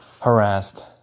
harassed